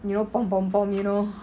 you know you know